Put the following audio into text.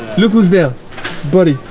look who's there buddy?